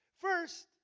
First